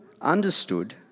understood